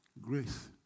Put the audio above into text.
Grace